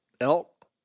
elk